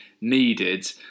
needed